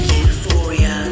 Euphoria